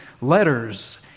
letters